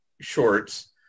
shorts